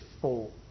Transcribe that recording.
four